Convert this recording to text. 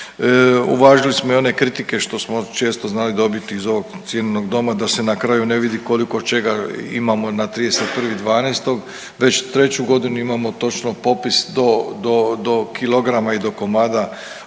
Uvažili smo i one kritike što smo često znali dobiti iz ovog cijenjenog doma da se na kraju ne vidi koliko čega imamo na 31.12., već 3 godinu imamo točno popis do, do kilograma i do komada